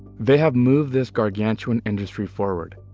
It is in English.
they have moved this gargantuan industry forward,